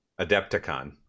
Adepticon